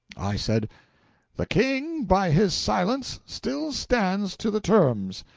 i said the king, by his silence, still stands to the terms.